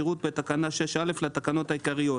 יראו כאילו בתקנה 6(א) לתקנות העיקריות